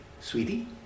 sweetie